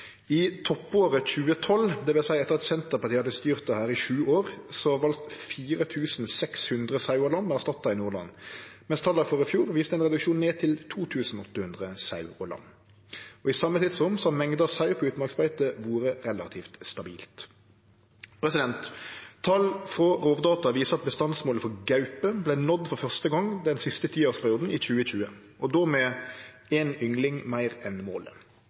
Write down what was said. I toppåret 2012, det vil seie etter at Senterpartiet hadde styrt dette i sju år, vart 4 600 sau og lam erstatta i Nordland, mens tala for i fjor viste ein reduksjon, ned til 2 800 sau og lam. I same tidsrommet har mengda sau på utmarksbeite vore relativt stabilt. Tal frå Rovdata viser at bestandsmålet for gaupe vart nådd for fyrste gong den siste tiårsperioden i 2020 og då med ein yngling meir enn målet.